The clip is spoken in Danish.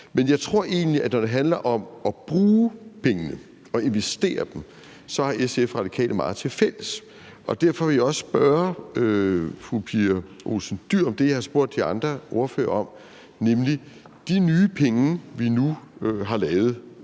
Men jeg tror egentlig, at SF og Radikale, når det handler om at bruge pengene og investere dem, så har meget tilfælles, og derfor vil jeg også spørge fru Pia Olsen Dyhr om det, som jeg har spurgt de andre ordførere om, nemlig hvordan vi investerer